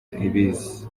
ibiza